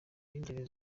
b’ingeri